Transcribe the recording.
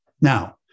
Now